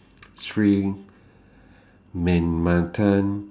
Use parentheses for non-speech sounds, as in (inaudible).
(noise) Sri Manmatha